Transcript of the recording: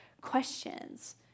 questions